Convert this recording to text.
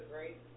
right